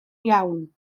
iawn